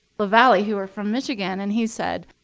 lavalley, who are from michigan. and he said